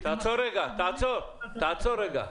תעצור רגע.